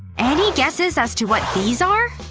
any guesses as to what these are?